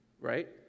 Right